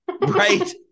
right